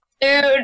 Dude